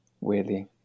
weirdly